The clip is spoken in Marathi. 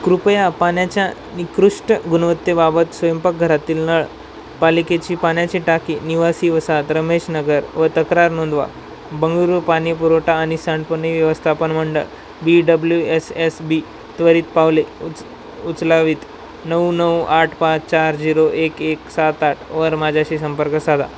कृपया पाण्याच्या निकृष्ट गुणवत्तेबाबत स्वयंपाकघरातील नळ पालिकेची पाण्याची टाकी निवासी वसाहत रमेश नगरवर तक्रार नोंदवा बंगळुरू पाणीपुरवठा आणि सांडपाणी व्यवस्थापन मंडळ B W S S B त्वरित पावले उच उचलावीत नऊ नऊ आठ पाच चार झिरो एक एक सात आठवर माझ्याशी संपर्क साधा